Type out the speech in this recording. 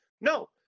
No